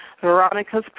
Veronica's